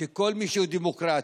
שכל מי שהוא דמוקרט,